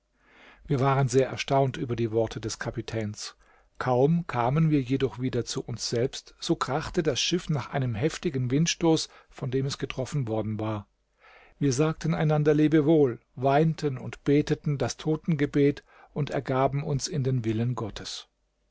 wir waren sehr erstaunt über die worte des kapitäns kaum kamen wir jedoch wieder zu uns selbst so krachte das schiff nach einem heftigen windstoß von dem es getroffen worden war wir sagten einander lebewohl weinten und beteten das totengebet und ergaben uns in den willen gottes